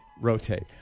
rotate